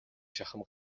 шахам